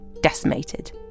decimated